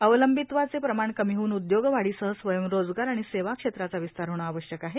अवलंबित्वाचे प्रमाण कमी होऊन उदयोग वाढीसह स्वयंरोजगार आणि सेवा क्षेत्राचा विस्तार होणे आवश्यक आहे